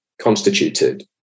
constituted